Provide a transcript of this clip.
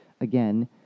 again